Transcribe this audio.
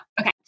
Okay